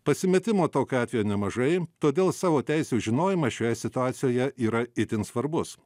pasimetimo tokiu atveju nemažai todėl savo teisių žinojimas šioje situacijoje yra itin svarbus